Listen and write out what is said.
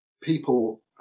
people